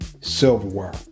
silverware